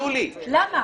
למה?